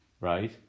right